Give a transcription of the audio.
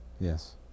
Yes